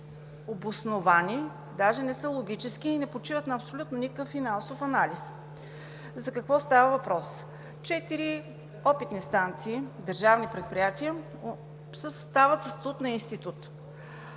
обосновани, даже не са логически и не почиват на абсолютно никакъв финансов анализ. За какво става въпрос? Четири опитни станции, държавни предприятия, стават със статут на институт.